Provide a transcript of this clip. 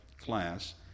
class